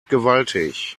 gewaltig